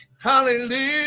hallelujah